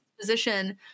position